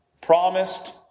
promised